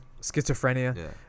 schizophrenia